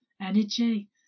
energy